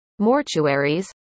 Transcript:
mortuaries